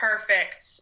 Perfect